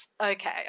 Okay